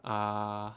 uh